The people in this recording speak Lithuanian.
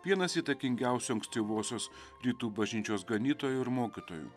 vienas įtakingiausių ankstyvosios rytų bažnyčios ganytojų ir mokytojų